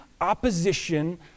opposition